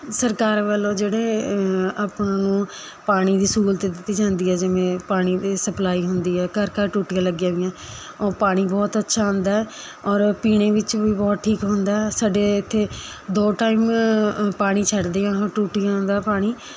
ਸਰਕਾਰ ਵੱਲੋਂ ਜਿਹੜੇ ਆਪਾਂ ਨੂੰ ਪਾਣੀ ਦੀ ਸਹੂਲਤ ਦਿੱਤੀ ਜਾਂਦੀ ਹੈ ਜਿਵੇਂ ਪਾਣੀ ਦੀ ਸਪਲਾਈ ਹੁੰਦੀ ਹੈ ਘਰ ਘਰ ਟੂਟੀਆਂ ਲੱਗੀਆਂ ਹੋਈਆਂ ਉਹ ਪਾਣੀ ਬਹੁਤ ਅੱਛਾ ਹੁੰਦਾ ਔਰ ਪੀਣੇ ਵਿੱਚ ਵੀ ਬਹੁਤ ਠੀਕ ਹੁੰਦਾ ਸਾਡੇ ਇੱਥੇ ਦੋ ਟਾਈਮ ਪਾਣੀ ਛੱਡਦੇ ਆ ਟੂਟੀਆਂ ਦਾ ਪਾਣੀ